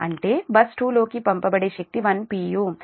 అంటే బస్ 2 లోకి పంపబడే శక్తి 1 p